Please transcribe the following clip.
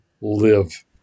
live